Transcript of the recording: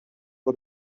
for